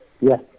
Yes